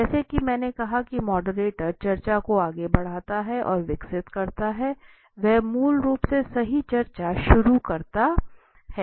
जैसा कि मैंने कहा कि मॉडरेटर चर्चा को आगे बढ़ाता है और विकसित करता है वह मूल रूप से सही चर्चा शुरू करता है